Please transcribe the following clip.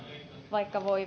vaikka